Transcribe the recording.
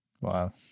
Wow